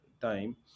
time